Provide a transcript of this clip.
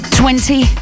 twenty